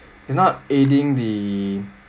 it's not aiding the